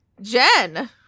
Jen